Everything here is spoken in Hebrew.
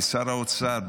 כשר אוצר,